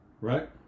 Right